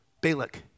Balak